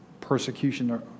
persecution